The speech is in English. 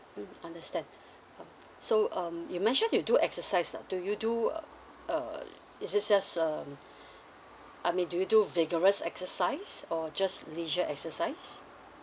mm understand um so um you mentioned you do exercise ah do you do uh uh is it just um I mean do you do vigorous exercise or just leisure exercise